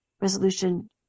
resolution